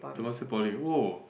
Temasek Poly whoa